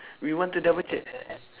we want to double check